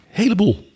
heleboel